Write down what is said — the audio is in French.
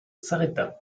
s’arrêta